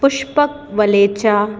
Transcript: Pushpak Walecha